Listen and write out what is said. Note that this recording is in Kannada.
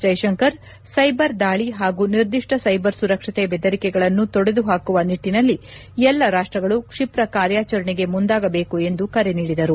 ಜೈಶಂಕರ್ ಸೈಬರ್ ದಾಳ ಹಾಗೂ ನಿರ್ದಿಷ್ಟ ಸೈಬರ್ ಸುರಕ್ಷತೆ ಬೆದರಿಕೆಗಳನ್ನು ತೊಡೆದುಹಾಕುವ ನಿಟ್ಟನಲ್ಲಿ ಎಲ್ಲ ರಾಷ್ಟಗಳು ಕ್ಷಿಪ್ರ ಕಾರ್ಯಾಚರಣೆಗೆ ಮುಂದಾಗಬೇಕು ಎಂದು ಕರೆ ನೀಡಿದರು